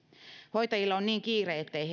hoitajilla on niin kiire ettei